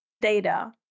data